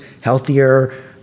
healthier